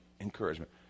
encouragement